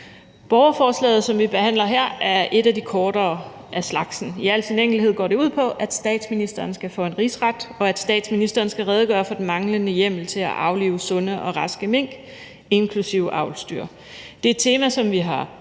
Borgerforslaget, som vi behandler her, er et af de kortere af slagsen. I al sin enkelhed går det ud på, at statsministeren skal for en rigsret, og at statsministeren skal redegøre for den manglende hjemmel til at aflive sunde og raske mink inklusive avlsdyr. Det er et tema, som vi har